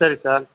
சரி சார்